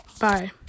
Bye